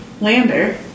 Lander